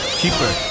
cheaper